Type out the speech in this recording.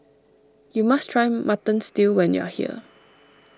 you must try Mutton Stew when you are here